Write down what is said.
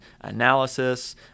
analysis